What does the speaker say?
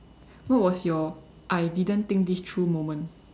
what was your I didn't think this through moment